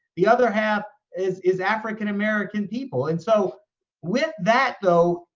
the other half is is african american people. and so with that though,